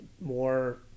More